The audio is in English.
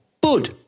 Bud